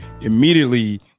immediately